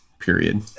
Period